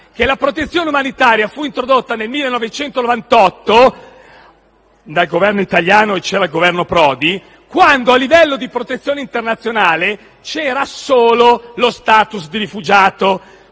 che la protezione umanitaria fu introdotta nel 1998 dal governo italiano, allora guidato da Prodi, quando, a livello di protezione internazionale c'era solo lo *status* di rifugiato.